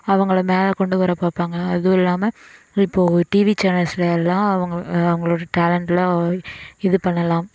அவங்கள மேலே கொண்டு வர பார்ப்பாங்க அதுவும் இல்லாமல் இப்போது டிவி சேனல்ஸ் எல்லாம் அவங்களோட டேலண்ட்ல இது பண்ணலாம்